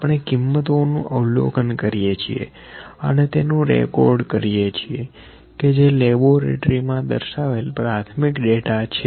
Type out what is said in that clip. આપણે કીમતોનું અવલોકન કરીએ છીએ અને તેનું રેકોર્ડ કરીએ છીએકે જે લેબોરેટરી મા દર્શાવેલ પ્રાથમિક ડેટા છે